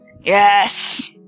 Yes